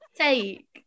Take